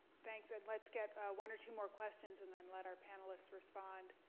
thanks, and let's get one or two more questions, and then let our panelists respond.